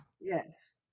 Yes